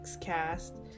cast